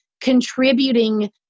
Contributing